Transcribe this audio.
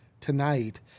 tonight